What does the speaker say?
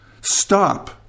stop